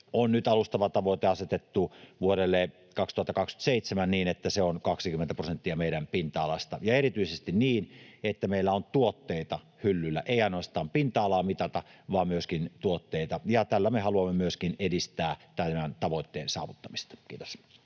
ja tuo alustava tavoite on nyt asetettu vuodelle 2027 niin, että se on 20 prosenttia meidän pinta-alasta, ja erityisesti niin, että meillä on tuotteita hyllyllä — ei ainoastaan pinta-alaa mitata, vaan myöskin tuotteita, ja tällä me haluamme myöskin edistää tämän tavoitteen saavuttamista. — Kiitos.